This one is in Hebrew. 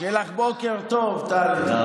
שיהיה לך בוקר טוב, טלי.